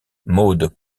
maud